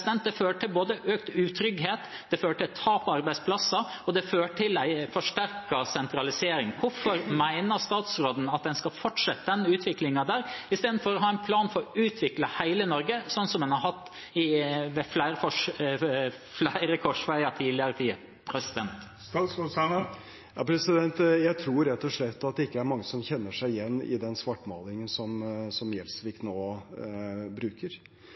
økt utrygghet, det fører til tap av arbeidsplasser, og det fører til en forsterket sentralisering. Hvorfor mener statsråden at en skal fortsette denne utviklingen, istedenfor å ha en plan for å utvikle hele Norge, sånn som en har hatt ved flere korsveier i tidligere tider? Jeg tror rett og slett at det ikke er mange som kjenner seg igjen i den svartmalingen som Gjelsvik nå bruker.